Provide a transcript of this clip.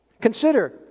Consider